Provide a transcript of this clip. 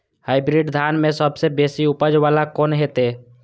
Hybrid धान में सबसे बेसी उपज बाला कोन हेते?